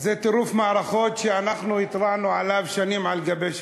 זה טירוף מערכות שאנחנו התרענו עליו שנים על גבי שנים.